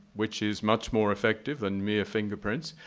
which is much more effective than mere fingerprints,